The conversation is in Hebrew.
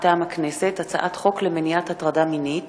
מטעם הכנסת: הצעת חוק למניעת הטרדה מינית